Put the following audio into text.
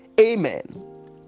Amen